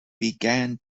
began